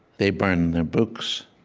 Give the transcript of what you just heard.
they burn their books.